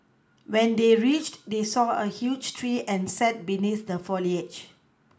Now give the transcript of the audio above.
when they reached they saw a huge tree and sat beneath the foliage